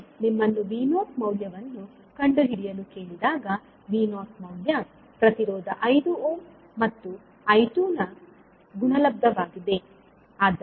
ಮತ್ತೆ ನಿಮ್ಮನ್ನು V0 ಮೌಲ್ಯವನ್ನು ಕಂಡುಹಿಡಿಯಲು ಕೇಳಿದಾಗ V0 ಮೌಲ್ಯ ಪ್ರತಿರೋಧ 5 ಓಮ್ ಮತ್ತು I2 ನ ಗುಣಲಬ್ಧವಾಗಿದೆ